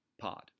pod